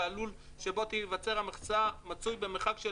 והלול שבו תיוצר המכסה מצוי במרחק של